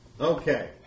Okay